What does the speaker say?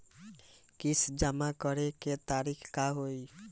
किस्त जमा करे के तारीख का होई?